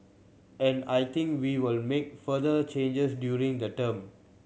and I think we will make further changes during the term